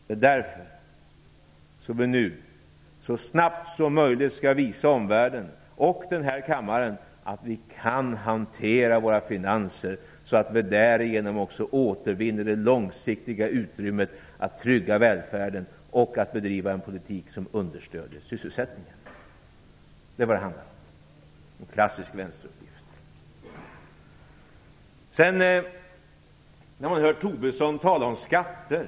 Det är därför som vi nu så snabbt som möjligt skall visa omvärlden och denna kammare att vi kan hantera våra finanser, så att vi därigenom också återvinner ett långsiktigt utrymme att trygga välfärden och att bedriva en politik som understödjer sysselsättningen. Det är en klassisk vänsteruppgift. Sedan hör vi Tobisson tala om skatter.